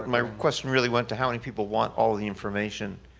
my question really went to how many people want all the information